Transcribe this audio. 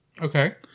okay